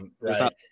Right